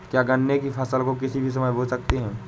क्या गन्ने की फसल को किसी भी समय बो सकते हैं?